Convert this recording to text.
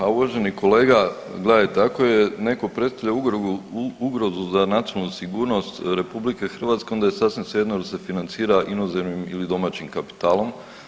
Uvaženi kolega, gledajte ako neko predstavlja ugrozu za nacionalnu sigurnost RH onda je sasvim svejedno jel se financira inozemnim ili domaćim kapitalom.